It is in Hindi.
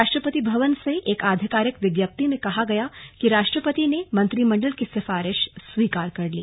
राष्ट्रपति भवन से एक आधिकारिक विज्ञप्ति में कहा गया कि राष्ट्रपति ने मंत्रिमंडल की सिफारिश स्वीकार कर ली